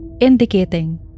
indicating